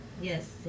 Yes